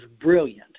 brilliant